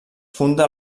funda